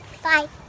Bye